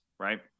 right